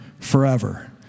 forever